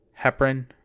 heparin